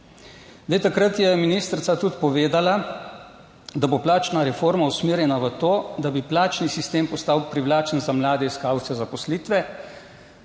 takrat je ministrica tudi povedala, da bo plačna reforma usmerjena v to, da bi plačni sistem postal privlačen za mlade iskalce zaposlitve